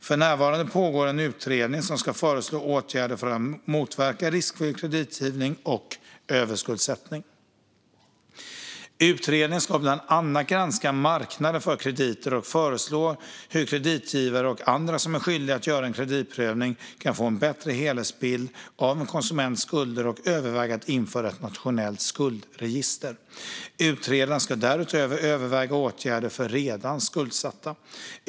För närvarande pågår en utredning som ska föreslå åtgärder för att motverka riskfylld kreditgivning och överskuldsättning. Utredningen ska bland annat granska marknaden för krediter och föreslå hur kreditgivare och andra som är skyldiga att göra en kreditprövning kan få en bättre helhetsbild av en konsuments skulder samt överväga införande av ett nationellt skuldregister. Utredaren ska därutöver överväga åtgärder för redan skuldsatta.